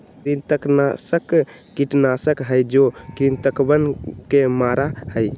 कृंतकनाशक कीटनाशक हई जो कृन्तकवन के मारा हई